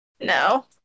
No